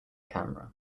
camera